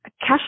cash